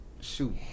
Shoot